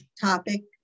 topic